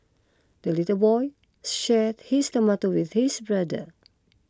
the little boy shared his tomato with his brother